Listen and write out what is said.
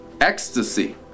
ecstasy